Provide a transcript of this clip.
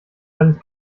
alles